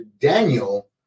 Daniel